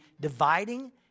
dividing